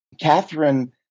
Catherine